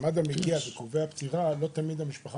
כשמד"א קובע פטירה לא תמיד המשפחה